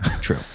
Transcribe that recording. True